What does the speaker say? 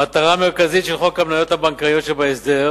מטרה מרכזית של חוק המניות הבנקאיות שבהסדר